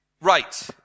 Right